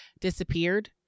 disappeared